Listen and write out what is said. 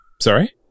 Sorry